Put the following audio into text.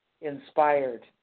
inspired